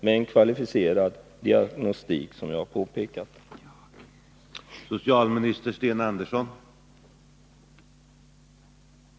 Som jag påpekat avser jag här sådana fall där man gjort en kvalificerad diagnostisering.